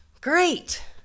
Great